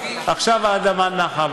עכשיו האדמה נחה.